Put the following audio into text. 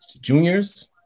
Juniors